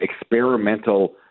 experimental